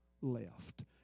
left